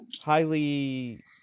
Highly